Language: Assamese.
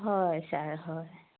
হয় ছাৰ হয়